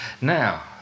Now